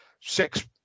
six